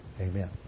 Amen